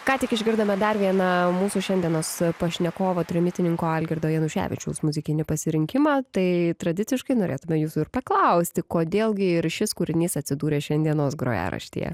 ką tik išgirdome dar vieną mūsų šiandienos pašnekovo trimitininko algirdo januševičiaus muzikinį pasirinkimą tai tradiciškai norėtume jūsų ir paklausti kodėl gi ir šis kūrinys atsidūrė šiandienos grojaraštyje